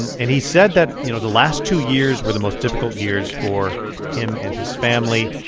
and and he said that, you know, the last two years were the most difficult years for him and his family.